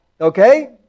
Okay